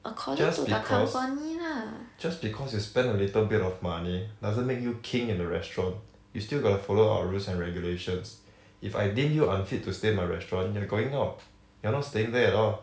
just because just because you spend a little bit of money doesn't make you king in the restaurant you still gotta follow our rules and regulations if I deem you unfit to stay my restaurant you're going out you're not staying there at all